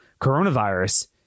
coronavirus